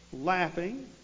laughing